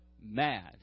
mad